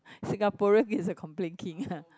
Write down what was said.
Singaporean is a complain king ah